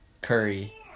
Curry